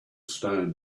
stone